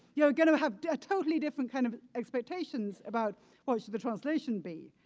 you're going to have a totally different kind of expectation about what should the translation be.